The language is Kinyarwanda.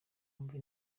wumve